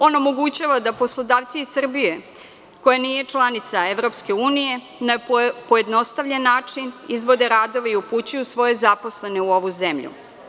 On omogućava da poslodavci iz Srbije, koja nije članica EU, na pojednostavljen način izvode radove i upućuju svoje zaposlene u ovu zemlju.